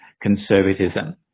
conservatism